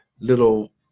little